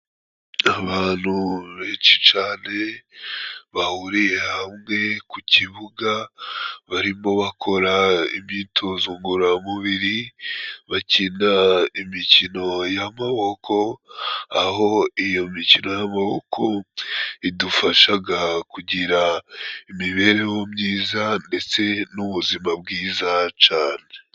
Abantu benshi cane bahuriye hamwe ku kibuga barimo bakora imyitozo ngororamubiri bakina imikino y'amaboko, aho iyo mikino y'amaboko idufashaga kugira imibereho myiza ndetse n'ubuzima bwiza cane.